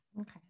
Okay